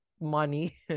money